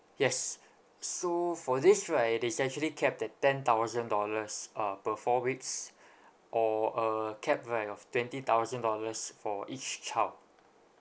yes so for this right it is actually capped at ten thousand dollars uh per four weeks or a cap right of twenty thousand dollars for each child